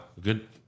good